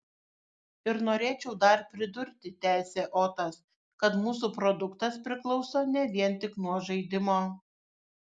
ir norėčiau dar pridurti tęsė otas kad mūsų produktas priklauso ne vien tik nuo žaidimo